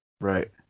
Right